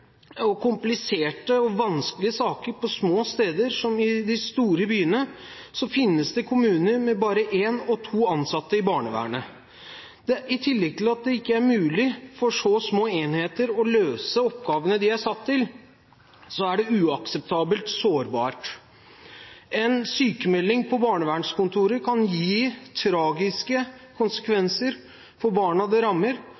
like kompliserte og like vanskelige saker på små steder som i de store byene, finnes det kommuner med bare én og to ansatte i barnevernet. I tillegg til at det ikke er mulig for så små enheter å løse oppgavene de er satt til, er det uakseptabelt sårbart. En sykemelding på barnevernskontoret kan gi tragiske konsekvenser for barna det rammer.